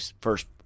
first